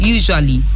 Usually